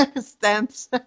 stamps